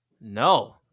No